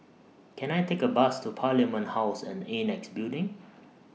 Can I Take A Bus to Parliament House and Annexe Building